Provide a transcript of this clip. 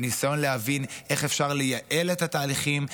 בניסיון להבין איך אפשר לייעל את התהליכים,